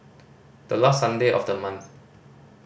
the last Sunday of the month